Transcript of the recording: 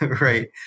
right